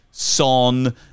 Son